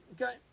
okay